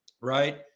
right